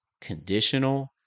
conditional